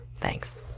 Thanks